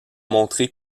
montré